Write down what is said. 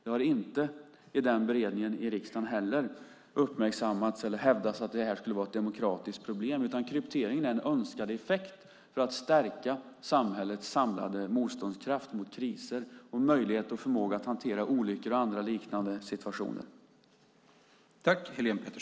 Det har inte i den beredningen i riksdagen heller uppmärksammats eller hävdats att det här skulle vara ett demokratiskt problem, utan krypteringen är en önskad effekt för att stärka samhällets samlade motståndskraft mot kriser och möjlighet och förmåga att hantera olyckor och andra liknande situationer.